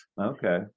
Okay